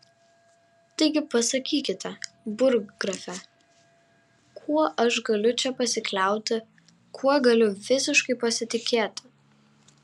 taigi pasakykite burggrafe kuo aš galiu čia pasikliauti kuo galiu visiškai pasitikėti